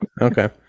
Okay